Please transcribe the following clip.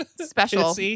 special